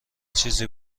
چیزی